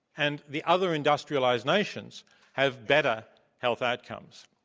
and the other industrialized nations have better health outcomes,